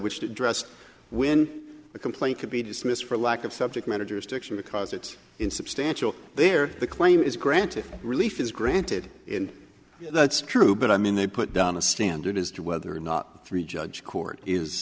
which addressed when a complaint could be dismissed for lack of subject matter jurisdiction because it insubstantial there the claim is granted relief is granted in that's true but i mean they put down a standard as to whether or not three judge court is